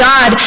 God